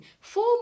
four